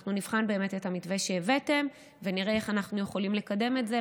שאנחנו נבחן באמת את המתווה שהבאתם ונראה איך אנחנו יכולים לקדם את זה.